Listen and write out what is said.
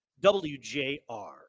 WJR